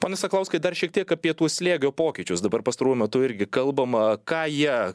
pone sakalauskai dar šiek tiek apie tų slėgio pokyčius dabar pastaruoju metu irgi kalbama ką jie